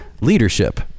leadership